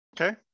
Okay